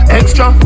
extra